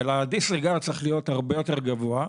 אבל הדיסריגרד צריך להיות הרבה יותר גבוה.